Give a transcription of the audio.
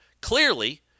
Clearly